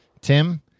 Tim